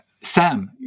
Sam